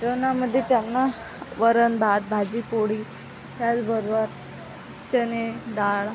जेवणामध्ये त्यांना वरण भात भाजी पोळी त्याचबरोबर चणे डाळ